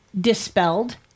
dispelled